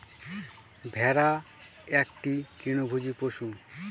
ভেড়া একটি তৃণভোজী পশু